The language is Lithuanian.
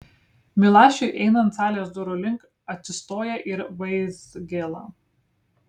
milašiui einant salės durų link atsistoja ir vaizgėla